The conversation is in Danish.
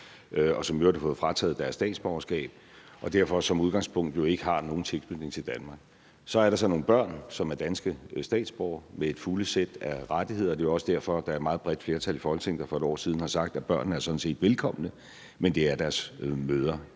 i øvrigt fået frataget deres statsborgerskab og har derfor som udgangspunkt jo ikke nogen tilknytning til Danmark. Så er der så nogle børn, som er danske statsborgere med et fuldt sæt af rettigheder, og det er også derfor, at der er et meget bredt flertal i Folketinget, der for et år siden har sagt, at børnene sådan set er velkomne, men det er deres mødre